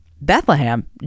Bethlehem